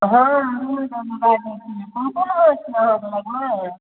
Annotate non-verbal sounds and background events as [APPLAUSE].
हम [UNINTELLIGIBLE] बाजै छियै कोन कोन माछ अछि अहाँके लगमे